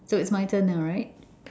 so it's my turn now right